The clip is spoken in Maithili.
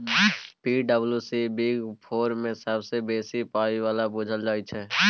पी.डब्ल्यू.सी बिग फोर मे सबसँ बेसी पाइ बला बुझल जाइ छै